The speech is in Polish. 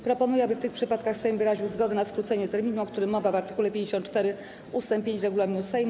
Proponuję, aby w tych przypadkach Sejm wyraził zgodę na skrócenie terminu, o którym mowa w art. 54 ust. 5 regulaminu Sejmu.